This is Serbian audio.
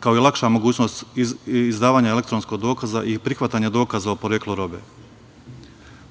kao i lakša mogućnost izdavanja elektronskog dokaza i prihvatanja dokaza o poreklu robe.